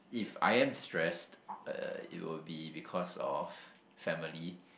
if I am stressed uh it will be because of family